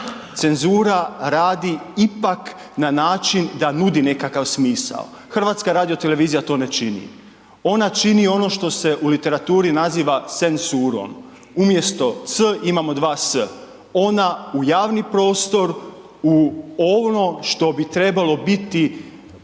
Cenzura radi ipak na način da nudi nekakav smisao. HRT to ne čini, ona čini ono što se u literaturi senssurom, umjesto „c“ imamo dva „s“. Ona u javni prostoru, u ono što bi trebalo biti